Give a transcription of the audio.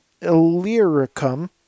Illyricum